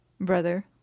brother